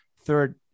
third